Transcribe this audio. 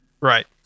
Right